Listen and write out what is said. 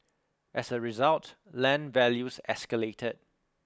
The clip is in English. as a result land values escalated